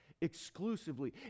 exclusively